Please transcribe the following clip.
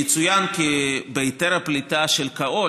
יצוין כי בהיתר הפליטה של כאו"ל,